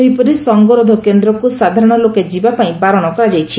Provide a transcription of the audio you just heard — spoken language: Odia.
ସେହିପରି ସଙ୍ଗରୋଧ କେନ୍ଦ୍ରକୁ ସାଧାରଣ ଲୋକେ ଯିବାପାଇଁ ବାରଣ କରାଯାଇଛି